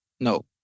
No